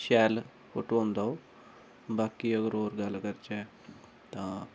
शैल फोटो औंदा ओह् बाकी अगर होर गल्ल करचै तां